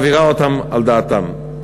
מעבירה אותם על דעתם.